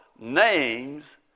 names